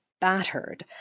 battered